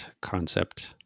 concept